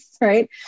Right